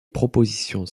propositions